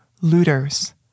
looters